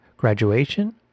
graduation